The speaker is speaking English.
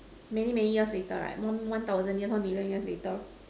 many many years later right one one thousand years one million years later